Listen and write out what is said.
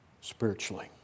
spiritually